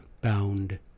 bound